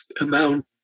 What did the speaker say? amount